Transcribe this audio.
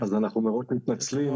אז אנחנו מראש מתנצלים.